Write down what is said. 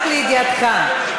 רק לידיעתך,